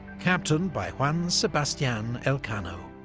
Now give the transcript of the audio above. captained by juan sebastian elcano.